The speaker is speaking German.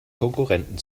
konkurrenten